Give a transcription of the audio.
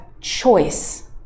choice